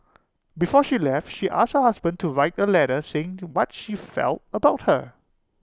before she left she asked her husband to write A letter saying to what she felt about her